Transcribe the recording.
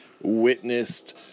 Witnessed